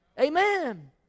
amen